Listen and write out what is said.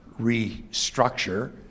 restructure